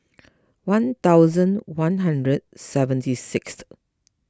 one thousand one hundred seventy sixth